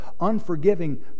unforgiving